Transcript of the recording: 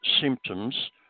symptoms